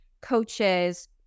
coaches